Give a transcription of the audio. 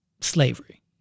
slavery